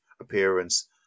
appearance